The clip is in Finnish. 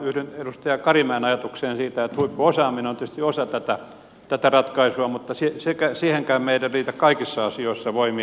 yhdyn edustaja karimäen ajatukseen siitä että huippuosaaminen on tietysti osa tätä ratkaisua mutta siihenkään meillä ei riitä kaikissa asioissa voimia